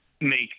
make